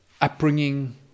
upbringing